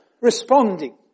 responding